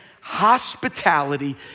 Hospitality